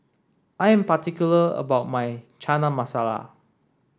I am particular about my Chana Masala